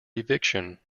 eviction